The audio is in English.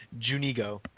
Junigo